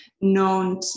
known